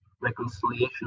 reconciliation